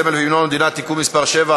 הסמל והמדינה (תיקון מס' 7),